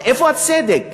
איפה הצדק?